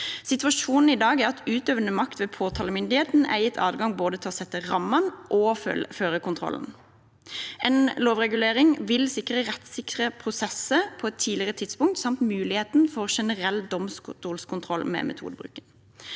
Situasjonen i dag er at utøvende makt ved påtalemyndigheten er gitt adgang til både å sette rammene og å føre kontrollen. En lovregulering vil sikre rettssikre prosesser på et tidligere tidspunkt samt muligheten for generell domstolskontroll ved metodebruken.